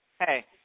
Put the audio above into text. Hey